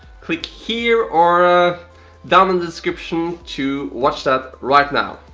click here, or down in the description to watch that right now,